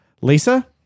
Lisa